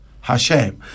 Hashem